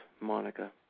Monica